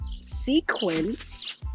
sequence